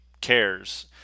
cares